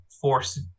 force